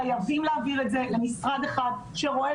חייבים להעביר את זה למשרד אחד שרואה